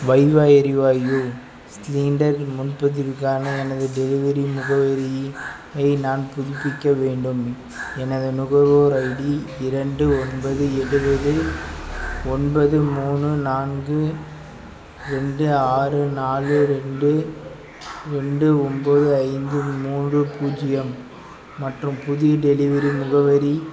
வைவா எரிவாயு சிலிண்டர் முன்பதிவுக்கான எனது டெலிவரி முகவரியை நான் புதுப்பிக்க வேண்டும் எனது நுகர்வோர் ஐடி இரண்டு ஒன்பது எழுவது ஒன்பது மூணு நான்கு ரெண்டு ஆறு நாலு ரெண்டு ரெண்டு ஒம்பது ஐந்து மூன்று பூஜ்ஜியம் மற்றும் புதிய டெலிவரி முகவரி